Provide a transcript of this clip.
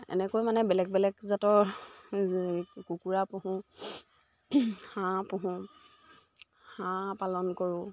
এনেকৈ মানে বেলেগ বেলেগ জাতৰ কুকুৰা পোহোঁ হাঁহ পোহোঁ হাঁহ পালন কৰোঁ